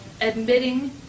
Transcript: admitting